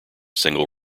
singles